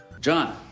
John